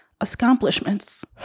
accomplishments